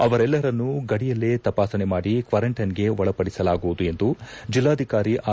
ಅವರೆಲ್ಲರನ್ನೂ ಗಡಿಯಲ್ಲೇ ತಪಾಸಣೆ ಮಾಡಿ ಕ್ವಾರಂಟೈನ್ಗೆ ಒಳಪಡಿಸಲಾಗುವುದು ಎಂದು ಜಿಲ್ಲಾಧಿಕಾರಿ ಆರ್